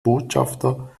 botschafter